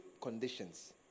conditions